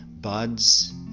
buds